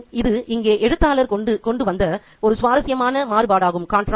மீண்டும் இது இங்கே எழுத்தாளர் கொண்டு வந்த ஒரு சுவாரஸ்யமான மாறுபாடாகும்